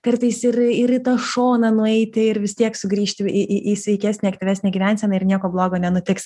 kartais ir ir šoną nueiti ir vis tiek sugrįžti į į į sveikesnę aktyvesnę gyvenseną ir nieko blogo nenutiks